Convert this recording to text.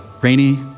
rainy